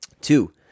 Two